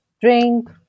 drink